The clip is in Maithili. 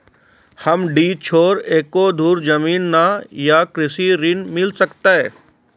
हमरा डीह छोर एको धुर जमीन न या कृषि ऋण मिल सकत?